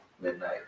midnight